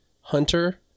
Hunter